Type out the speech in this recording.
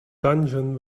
dungeon